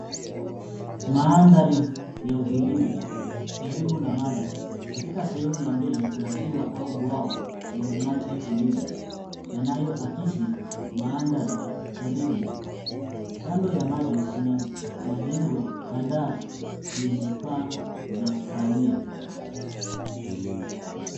Mandhari ya utulivu karibu na maji. Katika sehemu ya mbele kuna ziwa au bwawa lenye maji tulivu yanayoakisi mandhari karibu. Kando ya maji kuna majengo kadhaa yenye paa za kahawia.